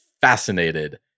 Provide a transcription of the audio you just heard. fascinated